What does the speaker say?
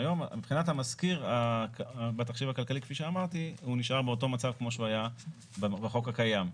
מבחינת המשכיר הוא נשאר באותו מצב כפי שהוא היה בחוק הקיים.